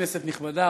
כנסת נכבדה,